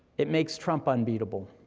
it makes trump unbeatable,